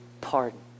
pardon